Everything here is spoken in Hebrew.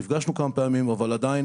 נפגשנו כמה פעמים, אבל עדיין